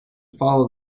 follow